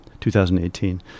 2018